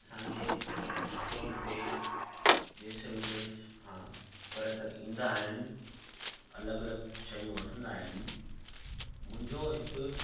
असांजे स्टोल ते देस विदेश खां पर्यटक ईंदा आहिनि अलॻि अलॻि शयूं वठंदा आहिनि मुंहिंजो हिकु